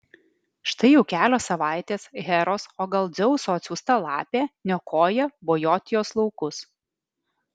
štai jau kelios savaitės heros o gal dzeuso atsiųsta lapė niokoja bojotijos laukus